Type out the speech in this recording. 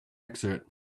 excerpt